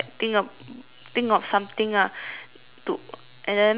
think of something ah to and then my friend